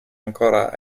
ancora